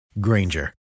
Granger